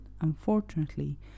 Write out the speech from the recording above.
unfortunately